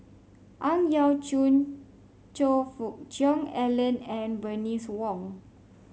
Ang Yau Choon Choe Fook Cheong Alan and Bernice Wong